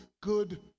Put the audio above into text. good